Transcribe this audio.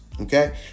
okay